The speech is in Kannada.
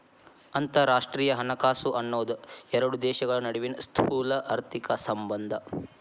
ಅಂತರರಾಷ್ಟ್ರೇಯ ಹಣಕಾಸು ಅನ್ನೋದ್ ಎರಡು ದೇಶಗಳ ನಡುವಿನ್ ಸ್ಥೂಲಆರ್ಥಿಕ ಸಂಬಂಧ